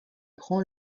prend